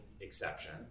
exception